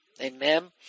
Amen